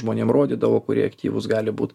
žmonėm rodydavo kurie aktyvūs gali būt